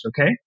okay